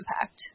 impact